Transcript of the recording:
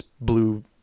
blue